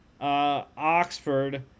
Oxford